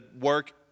work